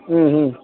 ಹ್ಞೂ ಹ್ಞೂ